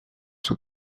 sont